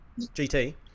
GT